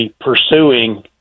pursuing